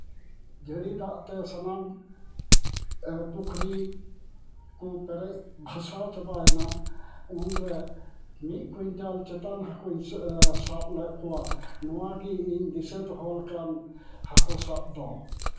ᱡᱟᱹᱲᱤ ᱫᱟᱜ ᱛᱮ ᱥᱟᱱᱟᱢ ᱯᱩᱠᱷᱨᱤ ᱠᱚ ᱯᱮᱨᱮᱡ ᱵᱷᱟᱥᱟᱣ ᱪᱟᱵᱟᱭᱮᱱᱟ ᱩᱱᱨᱮ ᱢᱤᱫ ᱠᱩᱭᱱᱴᱟᱞ ᱪᱮᱛᱟᱱ ᱦᱟᱹᱠᱩᱧ ᱥᱟᱵ ᱞᱮᱫ ᱠᱚᱣᱟ ᱱᱚᱣᱟ ᱜᱮ ᱤᱧ ᱫᱤᱥᱟᱹ ᱫᱚᱦᱚ ᱞᱮᱠᱟᱱ ᱦᱟᱹᱠᱩ ᱥᱟᱵ ᱫᱚ